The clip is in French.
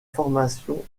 formation